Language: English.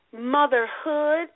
motherhood